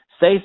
say